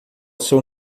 seu